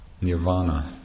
Nirvana